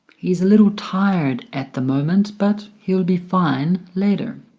he's a little tired at the moment, but he'll be fine later